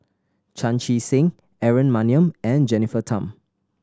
Chan Chee Seng Aaron Maniam and Jennifer Tham